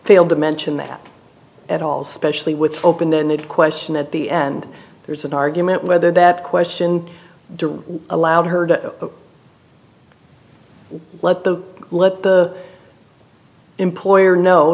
failed to mention that at all especially with open ended question at the end there's an argument whether that question directly allowed her to let the let the employer know